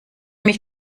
mich